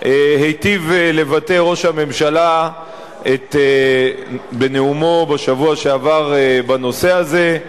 היטיב לבטא ראש הממשלה בנאומו בשבוע שעבר בנושא הזה,